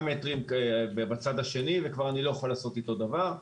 מטרים מן הצד השני ואני כבר לא יכול לעשות איתו דבר.